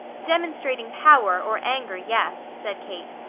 demonstrating power, or anger, yes, said kate.